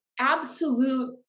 absolute